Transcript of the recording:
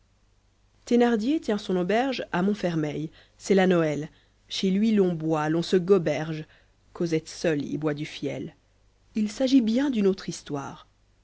thenardier tient son auberge a montfermeil c'est la noël chez lui l'on boit l'on se goberge cosette seule y boit du flel il s'agit bien d'une autre histoire